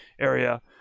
area